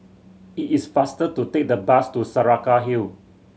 it is faster to take the bus to Saraca Hill